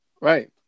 right